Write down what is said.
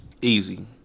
Easy